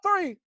three